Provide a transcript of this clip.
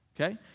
Okay